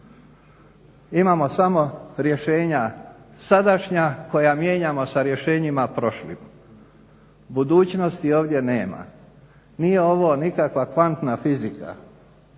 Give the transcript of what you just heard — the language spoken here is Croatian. Imamo samo rješenja sadašnja koja mijenjamo sa rješenjima prošlim. Budućnosti ovdje nema. Nije ovo nikakva kvantna fizika.